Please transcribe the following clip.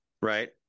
right